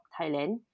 Thailand